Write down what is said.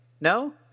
No